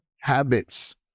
habits